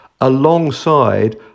alongside